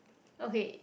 okay